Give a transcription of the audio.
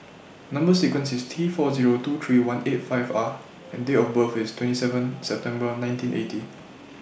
Number sequence IS T four Zero two three one eight five R and Date of birth IS twenty seven September nineteen eighty